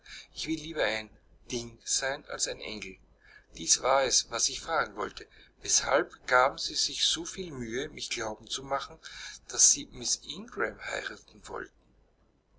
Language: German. ich will lieber ein ding sein als ein engel dies war es was ich fragen wollte weshalb gaben sie sich so viel mühe mich glauben zu machen daß sie miß ingram heiraten wollten